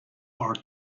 are